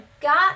got